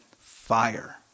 fire